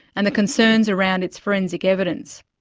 and the concerns around its forensic evidence.